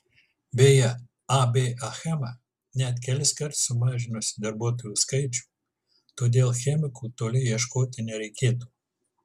beje ab achema net keliskart sumažinusi darbuotojų skaičių todėl chemikų toli ieškoti nereikėtų